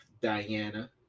Diana